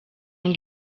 ngo